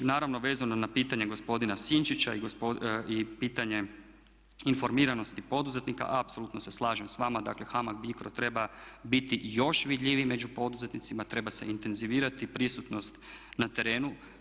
I naravno vezano na pitanje gospodina Sinčića i pitanje informiranosti poduzetnika, apsolutno se slažem s vama dakle HAMAG BICRO treba biti još vidljiviji među poduzetnicima, treba se intenzivirati prisutnost na terenu.